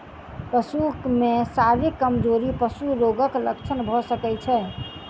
पशु में शारीरिक कमजोरी पशु रोगक लक्षण भ सकै छै